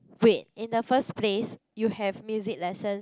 wait in the first place you have music lessons